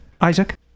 Isaac